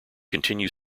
continue